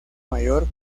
mayor